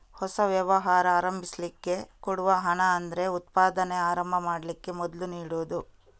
ಹೊಸ ವ್ಯವಹಾರ ಆರಂಭಿಸ್ಲಿಕ್ಕೆ ಕೊಡುವ ಹಣ ಅಂದ್ರೆ ಉತ್ಪಾದನೆ ಆರಂಭ ಮಾಡ್ಲಿಕ್ಕೆ ಮೊದ್ಲು ನೀಡುದು